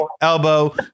elbow